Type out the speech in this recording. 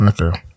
okay